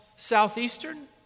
Southeastern